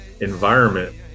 environment